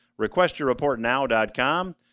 requestyourreportnow.com